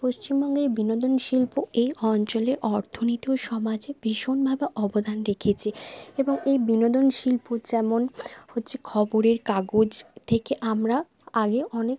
পশ্চিমবঙ্গে বিনোদন শিল্প এই অঞ্চলে অর্থনীতি সমাজে ভীষণভাবে অবদান রেখেছে এবং এই বিনোদন শিল্প যেমন হচ্ছে খবরের কাগজ থেকে আমরা আগে অনেক